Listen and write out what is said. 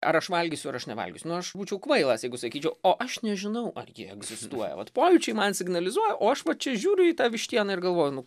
ar aš valgysiu ar aš nevalgysiu nu aš būčiau kvailas jeigu sakyčiau o aš nežinau ar ji egzistuoja vat pojūčiai man signalizuoja o aš vat čia žiūriu į tą vištieną ir galvoju nu